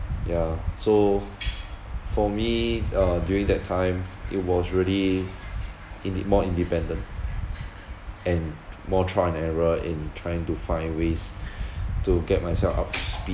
yeah so for me uh during that time it was really inde~ more independent and more trial and error in trying to find ways to get myself up to speed